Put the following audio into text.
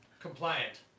compliant